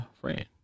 friend